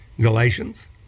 Galatians